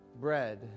bread